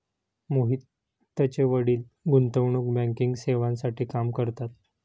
मोहितचे वडील गुंतवणूक बँकिंग सेवांसाठी काम करतात